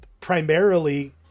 primarily